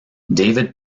david